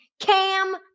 Cam